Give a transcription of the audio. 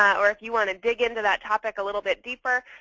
or if you want to dig into that topic a little bit deeper,